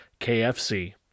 KFC